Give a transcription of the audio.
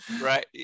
Right